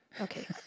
Okay